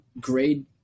grade